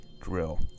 drill